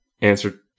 answer